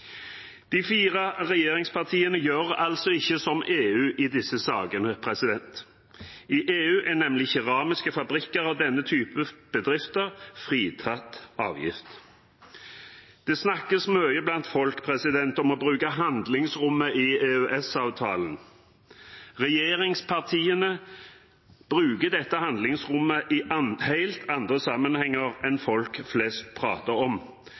De fire regjeringspartiene gjør altså ikke som EU i disse sakene. I EU er nemlig keramiske fabrikker og denne typen bedrifter fritatt for avgift. Det snakkes mye blant folk om å bruke handlingsrommet i EØS-avtalen. Regjeringspartiene bruker dette handlingsrommet i helt andre sammenhenger enn folk flest prater om.